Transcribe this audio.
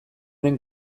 den